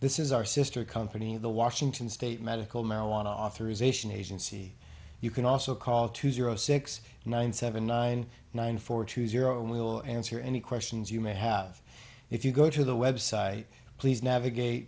this is our sister company of the washington state medical marijuana authorization agency you can also call two zero six nine seven nine nine four two zero and we will answer any questions you may have if you go to the website please navigate